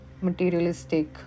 Materialistic